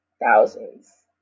thousands